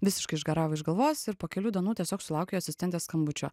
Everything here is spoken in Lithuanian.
visiškai išgaravo iš galvos ir po kelių dienų tiesiog sulaukiau asistentės skambučio